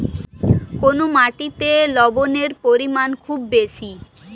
কোন মাটিতে লবণের পরিমাণ খুব বেশি?